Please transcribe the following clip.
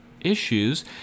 issues